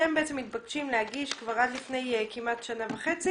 אתם בעצם מתבקשים להגיש כבר עד לפני שנה וחצי